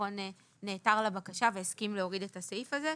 הביטחון נעתר לבקשה והסכים להוריד את הסעיף הזה.